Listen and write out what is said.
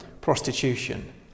prostitution